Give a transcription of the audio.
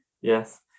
yes